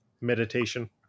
meditation